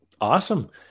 Awesome